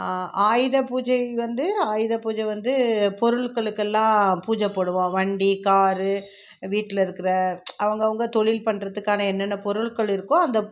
ஆயுத பூஜை வந்து ஆயுத பூஜை வந்து பொருட்களுக்கெல்லாம் பூஜை போடுவோம் வண்டி காரு வீட்டுலேருக்குற அவங்கவுங்க தொழில் பண்றதுக்கான என்னென்ன பொருள்கள் இருக்கோ அந்தப்